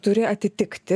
turi atitikti